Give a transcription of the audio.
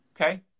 Okay